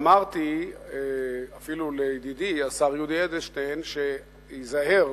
אמרתי אפילו לידידי השר יולי אדלשטיין שייזהר,